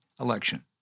election